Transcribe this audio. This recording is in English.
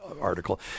article